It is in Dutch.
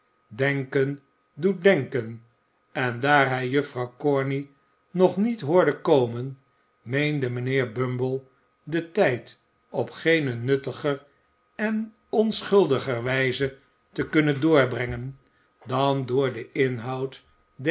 denken doet denken en daar hij juffrouw corney nog niet hoorde komen meende mijnheer bumble den tijd op geene nuttiger en onschuldiger wijze te kunnen doorbrengen dan door den inhoud